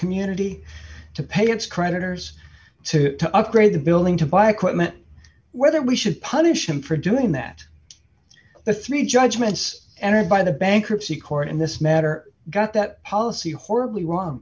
community to pay its creditors to upgrade the building to buy equipment whether we should punish them for doing that the three judgments entered by the bankruptcy court in this matter got that policy horribly wrong